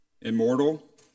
immortal